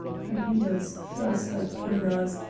her needles thrust like poignards,